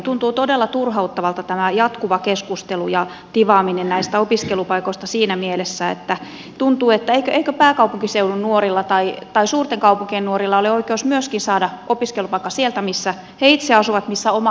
tuntuu todella turhauttavalta tämä jatkuva keskustelu ja tivaaminen näistä opiskelupaikoista siinä mielessä että eikö myöskin pääkaupunkiseudun nuorilla tai suurten kaupunkien nuorilla ole oikeus saada opiskelupaikka sieltä missä he itse asuvat missä oma kotiseutu on